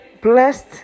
blessed